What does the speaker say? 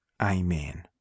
Amen